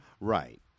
Right